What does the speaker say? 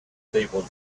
people